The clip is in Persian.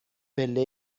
پله